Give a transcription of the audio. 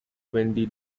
twenty